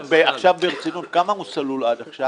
עכשיו ברצינות, כמה הוא סלול עד עכשיו?